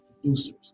producers